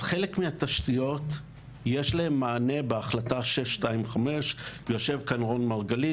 לחלק מהתשתיות יש מענה בהחלטה 625. יושב כאן רון מרגלית,